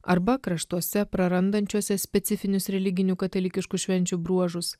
arba kraštuose prarandančiuose specifinius religinių katalikiškų švenčių bruožus